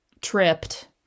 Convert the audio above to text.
tripped